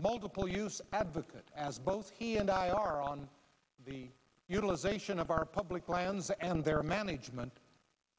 multiple use advocate as both he and i are on the utilization of our public lands and their management